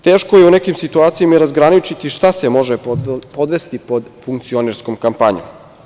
Teško je u nekim situacijama i razgraničiti šta se može podvesti pod funkcionerskom kampanjom.